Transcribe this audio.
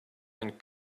and